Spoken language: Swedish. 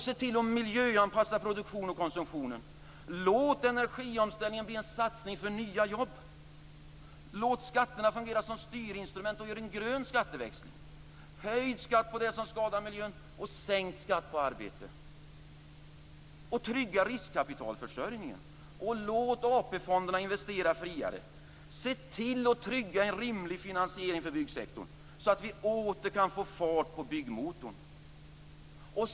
Se till att miljöanpassa produktion och konsumtion. Låt energiomställningen bli en satsning för nya jobb. Låt skatterna fungera som styrinstrument och gör en grön skatteväxling: höjd skatt på det som skadar miljön och sänkt skatt på arbete. Trygga riskkapitalförsörjningen och låt AP-fonderna investera friare. Se till att trygga en rimlig finansiering för byggsektorn så att vi åter kan få fart på byggmotorn.